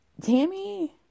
Tammy